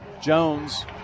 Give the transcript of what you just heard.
Jones